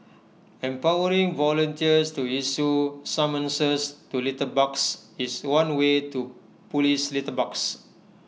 empowering volunteers to issue summonses to litterbugs is one way to Police litterbugs